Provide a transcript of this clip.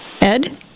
Ed